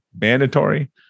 mandatory